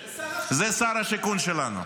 זה שר השיכון שלנו.